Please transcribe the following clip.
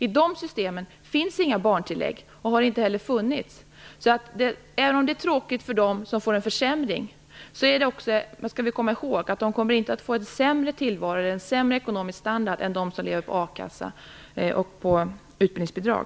I dessa system finns inga barntillägg och har inte heller funnits. Även om de är tråkigt för dem som får en försämring, skall vi alltså komma ihåg att dessa studerande inte kommer att få en sämre ekonomisk standard än de som lever på a-kassa eller utbildningsbidrag.